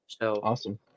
Awesome